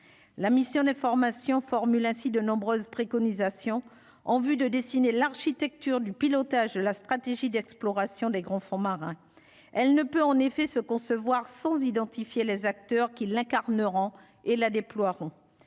la mission d'information formule ainsi de nombreuses préconisations en vue de dessiner l'architecture du pilotage, la stratégie d'exploration des grands fonds marins, elle ne peut en effet se concevoir sans identifier les acteurs qui l'incarneront et la déploieront